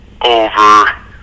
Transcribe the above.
over